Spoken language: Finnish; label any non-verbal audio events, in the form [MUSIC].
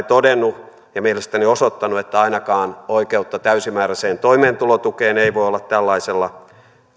[UNINTELLIGIBLE] todennut ja mielestäni osoittanut että ainakaan oikeutta täysimääräiseen toimeentulotukeen ei voi olla tällaisella